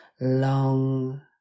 long